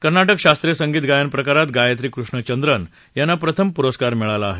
कर्नाटक शास्त्रीय संगीत गायन प्रकारात गायत्री कृष्णा चंद्रन यांना प्रथम पुरस्कार मिळाला आहे